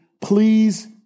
please